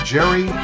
Jerry